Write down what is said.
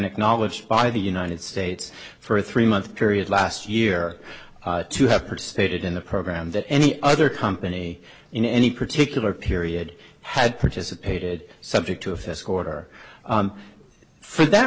acknowledged by the united states for a three month period last year to have participated in the program that any other company in any particular period had participated subject to a fiske order for that